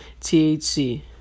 THC